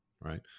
right